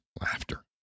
laughter